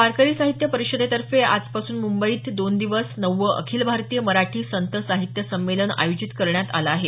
वारकरी साहित्य परिषदेतर्फे आजपासून मुंबईत दोन दिवस नववं अखिल भारतीय मराठी संत साहित्य संमेलन आयोजित करण्यात आलं आहे